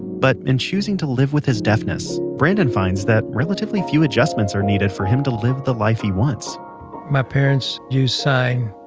but in choosing to live with his deafness, brandon finds that relatively few adjustments are needed for him to live the life he wants my parents use sign.